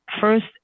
first